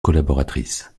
collaboratrice